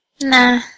Nah